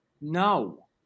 No